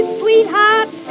sweetheart